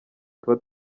tuba